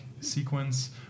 sequence